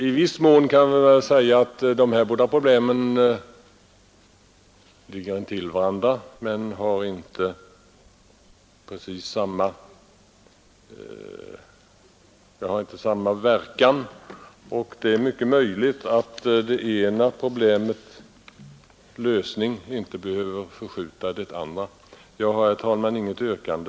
I viss mån kan man säga att dessa båda problem ligger intill varandra, men de får inte samma verkan. Det är dock möjligt att lösningen av det ena problemet inte behöver förskjuta lösningen av det andra. Jag har, herr talman, inget yrkande.